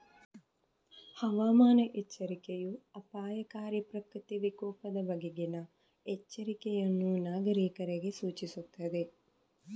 ಹವಾಮಾನ ಎಚ್ಚರಿಕೆಯೂ ಅಪಾಯಕಾರಿ ಪ್ರಕೃತಿ ವಿಕೋಪದ ಬಗೆಗಿನ ಎಚ್ಚರಿಕೆಯನ್ನು ನಾಗರೀಕರಿಗೆ ಸೂಚಿಸುತ್ತದೆ